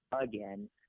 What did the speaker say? again